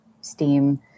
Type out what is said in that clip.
steam